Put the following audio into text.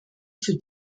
für